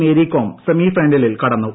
മേരികോം സെമിഫൈനലിൽ കടന്നു